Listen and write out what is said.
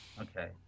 okay